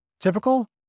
typical